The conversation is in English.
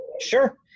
Sure